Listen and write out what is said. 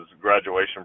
graduation